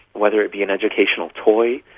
whether it be an educational toy,